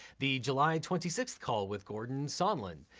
the july twenty sixth call with gordon sondland,